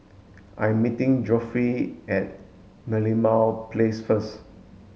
I'm meeting Godfrey at Merlimau Place first